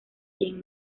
quien